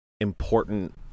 important